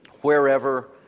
wherever